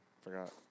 Forgot